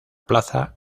plaza